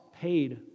paid